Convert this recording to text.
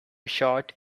short